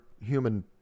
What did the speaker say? human